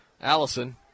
Allison